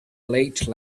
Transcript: late